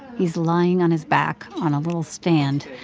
he's lying on his back on a little stand,